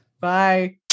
Bye